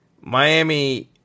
Miami